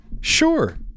sure